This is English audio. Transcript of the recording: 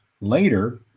later